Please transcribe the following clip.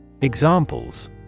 Examples